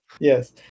Yes